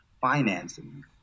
financing